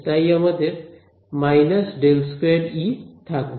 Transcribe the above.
তাই আমাদের − ∇2 E থাকবে